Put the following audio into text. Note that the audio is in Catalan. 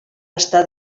està